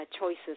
choices